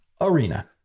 Arena